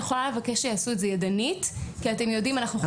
אני יכולה לבקש שיעשו את זה ידנית כי אתם יודעים שיש לנו בעיה מחשובית.